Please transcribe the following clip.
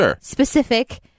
specific